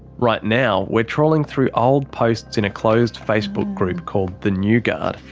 right now, we're trawling through old posts in a closed facebook group called the new guard.